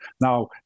Now